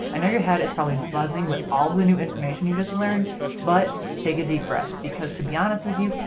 i know your head is probably buzzing with all the new information you just learned but take a deep breath because to be honest with you,